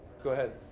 go ahead.